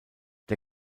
der